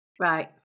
right